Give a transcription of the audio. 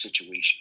situation